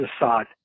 Assad